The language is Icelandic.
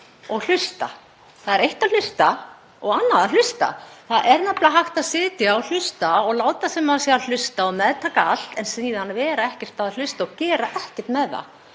öðru: Það er eitt að hlusta og annað að hlusta. Það er nefnilega hægt að sitja og hlusta og láta sem maður sé að hlusta og meðtaka allt en vera síðan ekkert að hlusta og gera ekkert með það.